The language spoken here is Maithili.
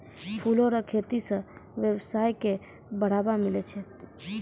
फूलो रो खेती से वेवसाय के बढ़ाबा मिलै छै